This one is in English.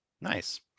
Nice